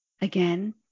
Again